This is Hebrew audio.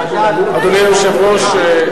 אדוני היושב-ראש,